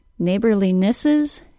NEIGHBORLINESSES